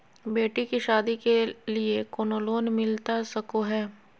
बेटी के सादी के लिए कोनो लोन मिलता सको है?